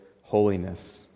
holiness